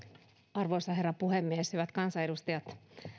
arvoisa herra puhemies hyvät kansanedustajat